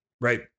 right